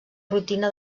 rutina